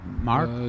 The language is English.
Mark